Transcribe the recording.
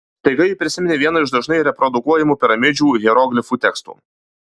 staiga ji prisiminė vieną iš dažnai reprodukuojamų piramidžių hieroglifų tekstų